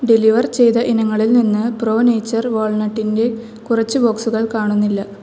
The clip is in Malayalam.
ഡെലിവർ ചെയ്ത ഇനങ്ങളിൽ നിന്ന് പ്രോ നേച്ചർ വാൾനട്ടിന്റെ കുറച്ച് ബോക്സുകൾ കാണുന്നില്ല